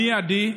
במיידי,